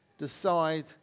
decide